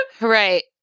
Right